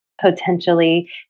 potentially